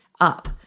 up